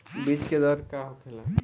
बीज के दर का होखेला?